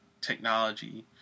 technology